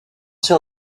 sur